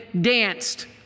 danced